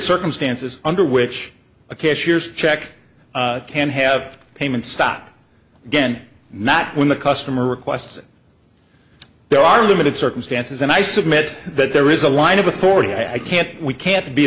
circumstances under which a cashier's check can have payments stop again not when the customer requests it there are limited circumstances and i submit that there is a line of authority i can't we can't be